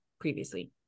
previously